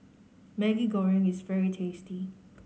Maggi Goreng is very tasty